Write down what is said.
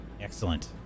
Excellent